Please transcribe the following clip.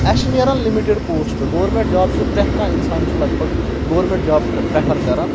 اَسہِ چھِ نیران لِمِٹِڈ پوسٹ گورمینٹ جاب چھُ پرؠتھ کانٛہہ اِنسان چھُ لگ بگ گورمینٹ جاب پریفر کران